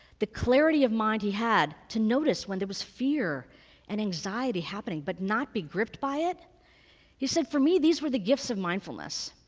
the clarity of mind he had to notice when there was fear and anxiety happening but not be gripped by it he said, for me, these were the gifts of mindfulness.